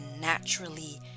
naturally